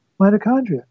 mitochondria